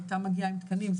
מיטה מגיעה עם תקנים,